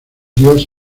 dios